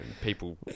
people